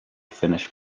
finish